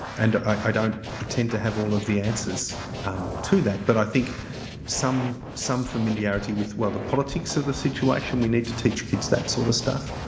and i don't pretend to have all of the answers um to that. but, i think some some familiarity with well the politics of the situation. we need to teach kids that sort of stuff.